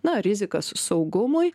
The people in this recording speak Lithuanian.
na rizikas saugumui